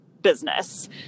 business